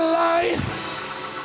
life